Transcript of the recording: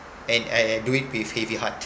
and I do it with heavy heart